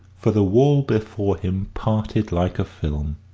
for the wall before him parted like a film,